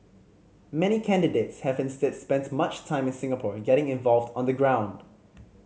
many candidates have instead spent much time in Singapore getting involved on the ground